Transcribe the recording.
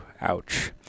Ouch